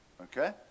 Okay